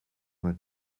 vingt